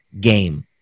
game